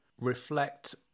reflect